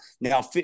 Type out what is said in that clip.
now